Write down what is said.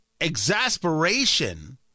exasperation